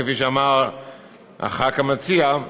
כפי שאמר הח"כ המציע,